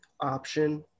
option